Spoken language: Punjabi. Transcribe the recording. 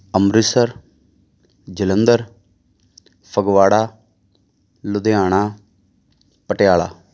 ਅੰਮ੍ਰਿਤਸਰ ਜਲੰਧਰ ਫਗਵਾੜਾ ਲੁਧਿਆਣਾ ਪਟਿਆਲਾ